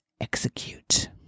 execute